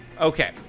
okay